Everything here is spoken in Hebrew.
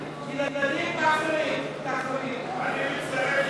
אני מצטרף